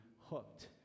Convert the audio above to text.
hooked